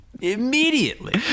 Immediately